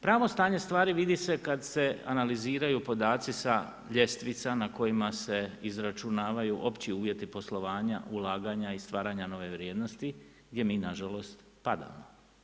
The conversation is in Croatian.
Pravo stanje stvari vidi se kada se analiziraju podaci sa ljestvica na kojima se izračunavaju opći uvjeti poslovanja ulaganja i stvaranja nove vrijednosti gdje mi nažalost padamo.